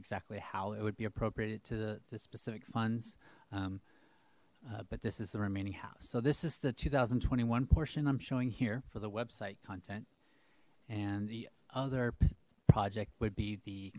exactly how it would be appropriated to the specific funds but this is the remaining house so this is the two thousand and twenty one portion i'm showing here for the website content and the other project would be the